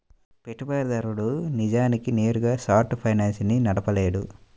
పెట్టుబడిదారుడు నిజానికి నేరుగా షార్ట్ ఫైనాన్స్ ని నడపలేడు